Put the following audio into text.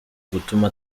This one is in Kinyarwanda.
gutuma